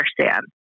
understand